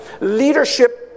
leadership